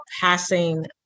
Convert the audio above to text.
passing